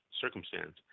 circumstance